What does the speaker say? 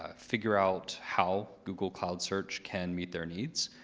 ah figure out how google cloud search can meet their needs.